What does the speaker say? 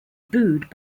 booed